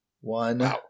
One